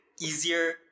easier